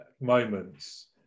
moments